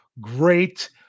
great